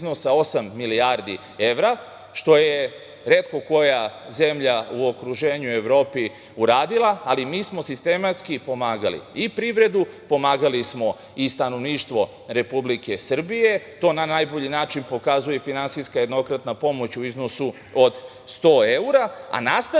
milijardi evra, što je retko koja zemlja u okruženju i u Evropi uradila. Mi smo sistematski pomagali i privredu, pomagali smo i stanovništvo Republike Srbije. To na najbolji način pokazuje i finansijska jednokratna pomoć u iznosu od 100 evra, a nastavili